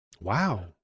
Wow